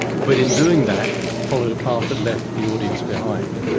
but in doing that, followed a path that left the audience behind,